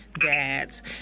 dads